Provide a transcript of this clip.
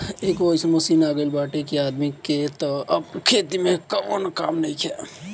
एकहगो अइसन मशीन आ गईल बाटे कि आदमी के तअ अब खेती में कवनो कामे नइखे